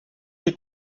est